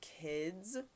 kids